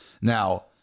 Now